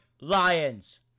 Lions